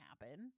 happen